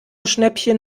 schnäppchen